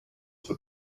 for